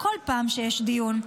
בכל פעם שיש דיון,